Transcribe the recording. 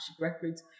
Records